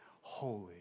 holy